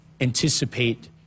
anticipate